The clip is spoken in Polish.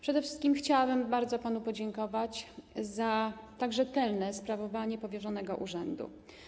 Przede wszystkim chciałabym bardzo panu podziękować za tak rzetelne sprawowanie powierzonego urzędu.